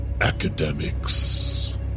academics